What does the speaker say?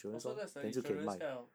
orh so that's the insurance kind of